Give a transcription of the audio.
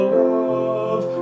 love